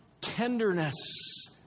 tenderness